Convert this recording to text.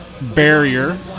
barrier